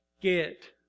get